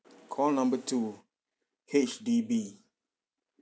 call number two H_D_B